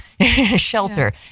shelter